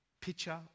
picture